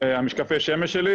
משקפי השמש שלי,